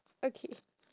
okay